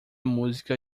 música